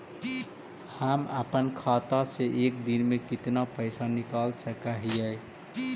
हम अपन खाता से एक दिन में कितना पैसा निकाल सक हिय?